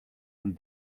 and